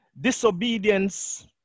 disobedience